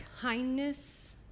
kindness